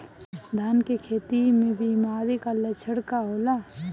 धान के खेती में बिमारी का लक्षण का होला?